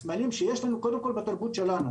הסמלים שיש לנו קודם כל בתרבות שלנו,